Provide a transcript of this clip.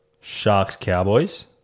Sharks-Cowboys